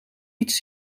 iets